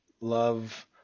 love